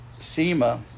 SEMA